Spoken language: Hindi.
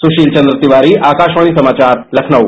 सुशील चंद तिवारी आकाशवाणी समाचार लखनऊ